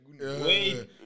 Wait